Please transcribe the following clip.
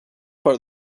part